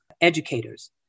educators